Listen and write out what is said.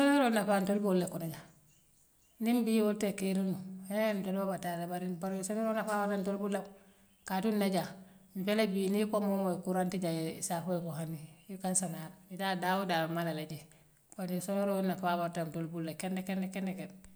Soleeroo nafaa ntol be wo le kono jaŋ niŋ bii woo te keeriŋ h ntol be battala bare ňiŋ panool soleerol nafaa abe ntol bulula kaatuŋ ne jaŋ mfele bii nii iko moo kuraŋ tijee issaa fo lemu hani ika sanaroo yetaa daawodaa abe malala ite wo dee soleeroo nafaa warta ntool bulule kende kende kendeke.